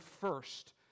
first